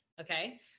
Okay